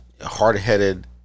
hard-headed